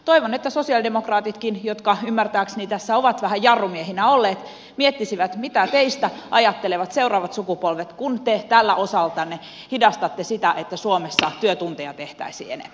toivon että sosialidemokraatitkin jotka ymmärtääkseni tässä ovat vähän jarrumiehinä olleet miettisivät mitä teistä ajattelevat seuraavat sukupolvet kun te tällä osaltanne hidastatte sitä että suomessa työtunteja tehtäisiin enemmän